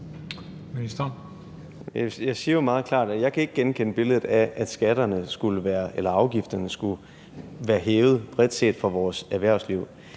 jeg ikke kan genkende billedet af, at afgifterne skulle være hævet bredt set for vores erhvervsliv.